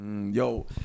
Yo